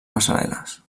passarel·les